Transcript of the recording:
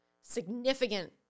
significant